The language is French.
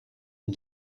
est